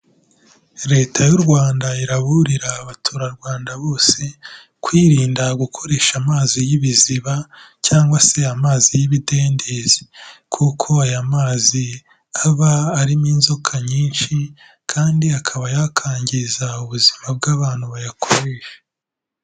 Leta y'u Rwanda iraburira abaturarwanda bose, kwirinda gukoresha amazi y'ibiziba cyangwa se amazi y'ibidendezi kuko aya mazi aba arimo inzoka nyinshi kandi akaba yakangiza ubuzima bw'abantu bayakoresha.